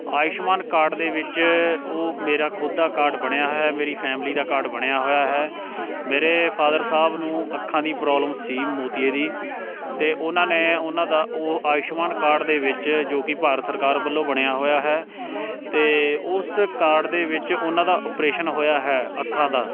Ayushman card ਦੇ ਵਿੱਚ ਉਹ ਮੇਰਾ ਖੁਦ ਦਾ ਕਾਰਡ ਬਣਿਆ ਹੈ ਮੇਰੀ ਫੈਮਿਲੀ ਦਾ ਕਾਰਡ ਬਣਿਆ ਹੋਇਆ ਹੈ ਮੇਰੇ ਫਾਦਰ ਸਾਹਿਬ ਨੂੰ ਅੱਖਾਂ ਦੀ ਪ੍ਰੋਬਲਮ ਸੀ ਮੋਤੀਏ ਦੀ ਅਤੇ ਉਹਨਾਂ ਨੇ ਉਹਨਾਂ ਦਾ ਉਹ ਆਯੁਸ਼ਮਾਨ ਕਾਰਡ ਦੇ ਵਿੱਚ ਜੋ ਕਿ ਭਾਰਤ ਸਰਕਾਰ ਵੱਲੋਂ ਬਣਿਆ ਹੋਇਆ ਹੈ ਅਤੇ ਉਸ ਕਾਰਡ ਦੇ ਵਿੱਚ ਉਹਨਾਂ ਦਾ ਓਪਰੇਸ਼ਨ ਹੋਇਆ ਹੈ ਅੱਖਾਂ ਦਾ